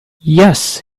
yes